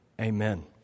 Amen